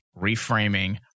reframing